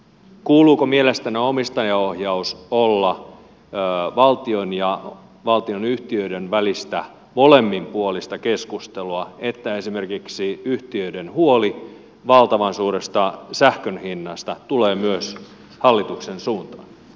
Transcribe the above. kuuluuko mielestänne omistajaohjauksen olla valtion ja valtionyhtiöiden välistä molemminpuolista keskustelua niin että esimerkiksi yhtiöiden huoli valtavan suuresta sähkön hinnasta tulee myös hallituksen suuntaan